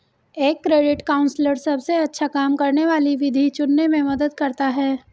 एक credit counsellor सबसे अच्छा काम करने वाली विधि चुनने में मदद करता है